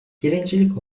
birincilik